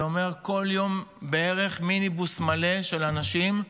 זה אומר כל יום בערך מיניבוס מלא של אנשים מתים.